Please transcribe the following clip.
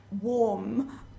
warm